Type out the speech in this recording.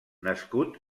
nascut